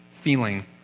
feeling